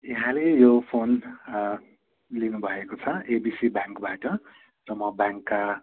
यहाँले यो फोन लिनुभएको छ एबिसी ब्याङ्कबाट र म ब्याङ्कका